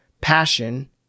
passion